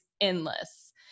endless